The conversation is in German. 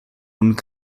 und